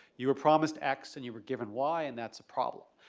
you were promised x and you were given y and that's a problem.